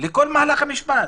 לכל מהלך המשפט.